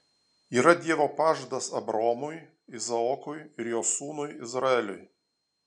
yra dievo pažadas abraomui izaokui ir jo sūnui izraeliui